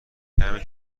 کمی